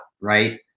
right